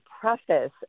preface